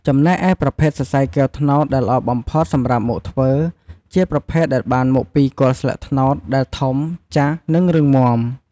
ចំណែកឯប្រភេទសរសៃគាវត្នោតដែលល្អបំផុតសម្រាប់មកធ្វើជាប្រភេទដែលបានមកពីគល់ស្លឹកត្នោតដែលធំ ចាស់ និងរឹងមាំ។